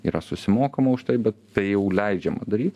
yra susimokama už tai bet tai jau leidžiama daryt